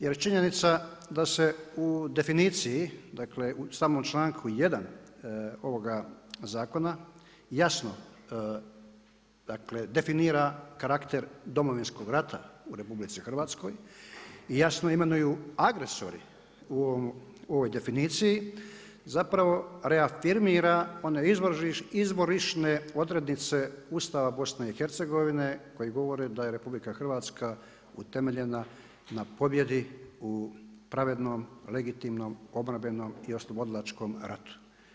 Jer činjenica da se u definiciji, dakle u samom članku 1. ovoga zakona jasno, dakle definira karakter Domovinskog rata u RH i jasno imenuju agresori u ovoj definiciji zapravo reafirmira one izvorišne odrednice Ustava BiH koji govore da je RH utemeljena na pobjedi u pravednom, legitimnom, obrambenom i oslobodilačkom ratu.